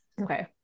Okay